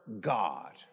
God